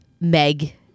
Meg